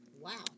Wow